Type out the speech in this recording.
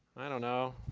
i don't know,